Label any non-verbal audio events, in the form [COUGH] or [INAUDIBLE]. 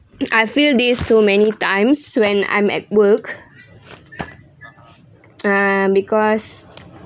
I feel this so many times when I'm at work [NOISE] ah because